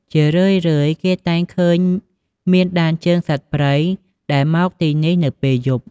ជារឿយៗគេតែងតែឃើញមានដានជើងសត្វព្រៃ ដែលមកទីនេះនៅពេលយប់។